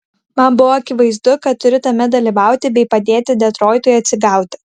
man buvo akivaizdu kad turiu tame dalyvauti bei padėti detroitui atsigauti